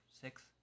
six